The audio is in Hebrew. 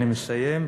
אני מסיים,